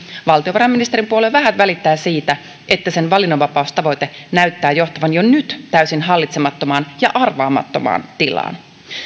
valtiovarainministerin puolue vähät välittää siitä että sen valinnanvapaustavoite näyttää johtavan jo nyt täysin hallitsemattomaan ja arvaamattomaan tilaan